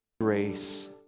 grace